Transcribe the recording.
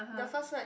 the first word